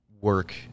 work